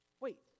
Wait